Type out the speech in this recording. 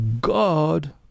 God